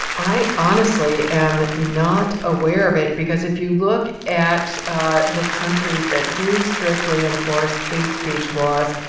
i honestly am not aware of it because if you look at the countries that do strictly enforce hate speech laws,